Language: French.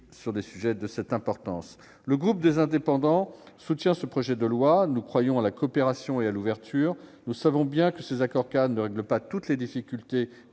ouvertes au sein de l'Union ? Le groupe Les Indépendants soutient ce projet de loi. Nous croyons à la coopération et à l'ouverture. Nous savons bien que ces accords-cadres ne règlent pas toutes les difficultés